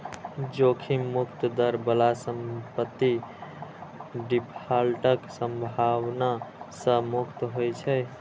जोखिम मुक्त दर बला संपत्ति डिफॉल्टक संभावना सं मुक्त होइ छै